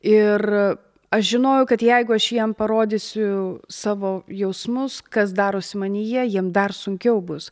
ir aš žinojau kad jeigu aš jiem parodysiu savo jausmus kas darosi manyje jiem dar sunkiau bus